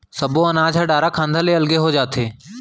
सब्बो अनाज ह डारा खांधा ले अलगे हो जाथे